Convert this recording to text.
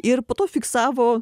ir po to fiksavo